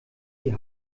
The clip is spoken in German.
die